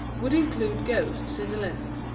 would include ghosts in the list.